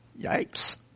Yikes